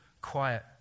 quiet